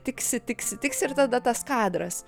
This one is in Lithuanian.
tiksi tiksi tiksi ir tada tas kadras